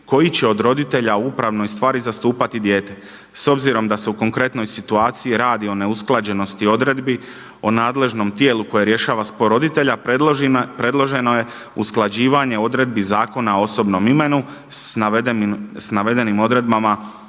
koji će od roditelja u upravnoj stvari zastupati dijete s obzirom da se u konkretnoj situaciji radi o neusklađenosti odredbi o nadležnom tijelu koje rješava spor roditelja predloženo je usklađivanje odredbi Zakona o osobnom imenu sa navedenim odredbama